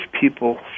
people